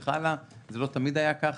זה לא תמיד היה ככה.